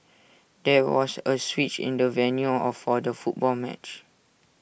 there was A switch in the venue or for the football match